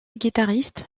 guitariste